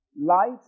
Light